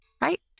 right